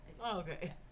Okay